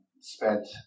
spent